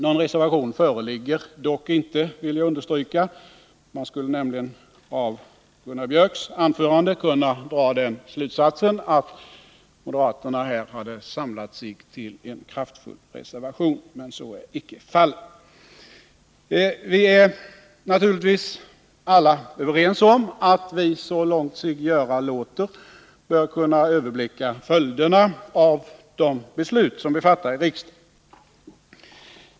Någon reservation föreligger dock inte, vill jag understryka —- man skulle nämligen av Gunnar Biörcks anförande kunna dra den slutsatsen att moderaterna här hade samlats till en kraftfull reservation, men så är icke fallet. Vi är naturligtvis alla överens om att vi så långt sig göra låter bör kunna överblicka följderna av de beslut som vi fattar i riksdagen.